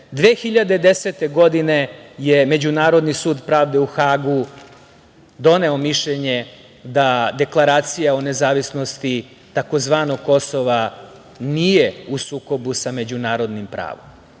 2010. je Međunarodni sud pravde u Hagu doneo mišljenje da Deklaracija o nezavisnosti tzv. „Kosova“ nije u sukobu sa međunarodnim pravom. Svakim